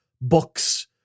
books